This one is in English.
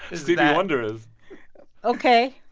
stevie wonder is ok